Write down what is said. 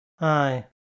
Aye